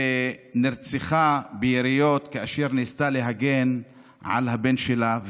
שנרצחה ביריות כאשר ניסתה להגן על הבן שלה,